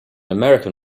american